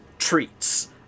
Treats